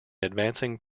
advancing